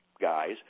guys